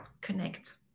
connect